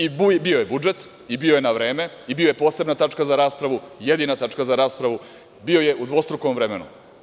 I bio je budžet, bio je na vreme, i bio je posebna tačka za raspravu, jedina tačka za raspravu, bio je u dvostrukom vremenu.